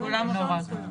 כולם הובאו.